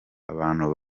abantu